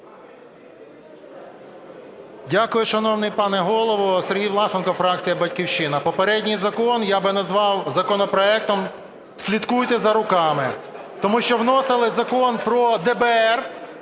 Дякую. Шановний пане Голово! Сергій Власенко, фракція "Батьківщина". Попередній закон я би назвав законопроектом "слідкуйте за руками". Тому що вносили Закон про ДБР,